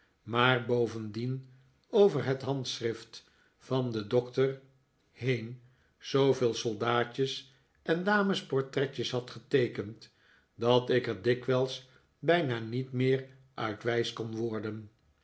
maar bovendien over het handschrift van den doctor heen zooveel soldaatjes en damesportretjes had geteekend dat ik er dikwijls bijna niet meer uit wijs kon worden